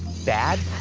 bad?